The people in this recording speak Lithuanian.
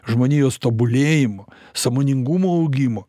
žmonijos tobulėjimo sąmoningumo augimo